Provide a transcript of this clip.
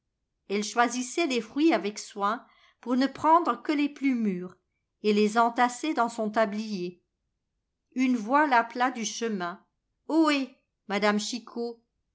elle choisissait les fruits avec soin pour ne prendre que les plus mûrs et les entassait dans son tablier une voix l'appela du chemin ohé madame chicot